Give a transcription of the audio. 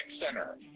Center